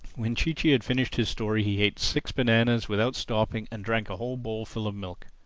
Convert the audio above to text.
when chee-chee had finished his story he ate six bananas without stopping and drank a whole bowlful of milk.